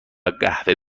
قهوه